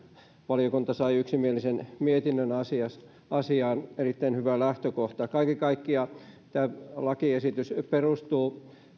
valiokunta sai yksimielisen mietinnön asiaan erittäin hyvä lähtökohta kaiken kaikkiaan tämä lakiesitys perustuu